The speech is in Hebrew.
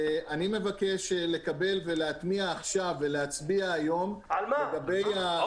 אני מבקש לקבל ולהטמיע עכשיו ולהצביע היום לגבי -- על מה?